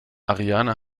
ariane